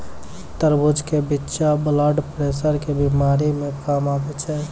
तरबूज के बिच्चा ब्लड प्रेशर के बीमारी मे काम आवै छै